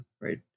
right